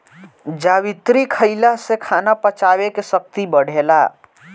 जावित्री खईला से खाना पचावे के शक्ति बढ़ेला